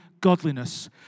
godliness